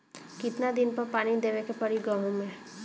कितना दिन पर पानी देवे के पड़ी गहु में?